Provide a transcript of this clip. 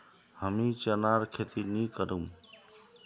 हमीं चनार खेती नी करुम